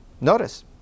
Notice